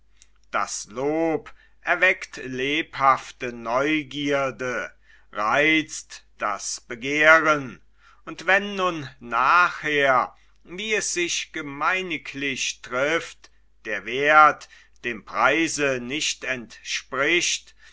das lob erweckt lebhafte neugierde reizt das begehren und wann nun nachher wie es sich gemeiniglich trifft der werth dem preise nicht entspricht